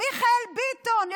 מיכאל ביטון,